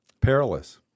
Perilous